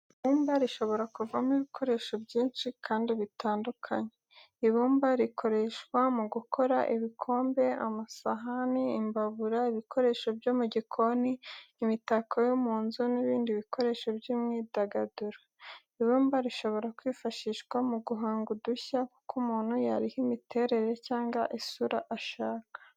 Ibumba rishobora kuvamo ibikoresho byinshi kandi bitandukanye. Ibumba rikoreshwa mu gukora ibikombe, amasahani, imbabura, ibikoresho byo mu gikoni, imitako yo mu nzu n'ibindi bikoresho by'imyidagaduro. Ibumba rishobora kwifashishwa mu guhanga udushya, kuko umuntu yariha imiterere cyangwa isura ashaka.